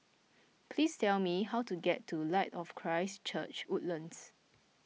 please tell me how to get to Light of Christ Church Woodlands